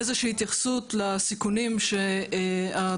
איזו שהיא התייחסות לסיכונים שהתוכניות,